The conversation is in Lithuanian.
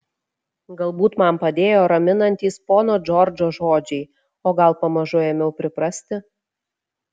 galbūt man padėjo raminantys pono džordžo žodžiai o gal pamažu ėmiau priprasti